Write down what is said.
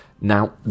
Now